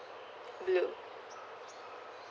blue